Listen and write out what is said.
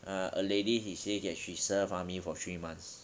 err a lady he say that she serve army for three months